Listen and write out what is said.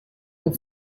her